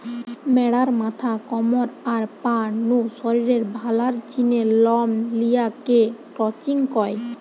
ম্যাড়ার মাথা, কমর, আর পা নু শরীরের ভালার জিনে লম লিয়া কে ক্রচিং কয়